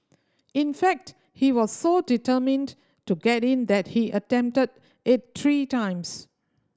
in fact he was so determined to get in that he attempted it three times